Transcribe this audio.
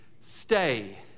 stay